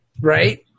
right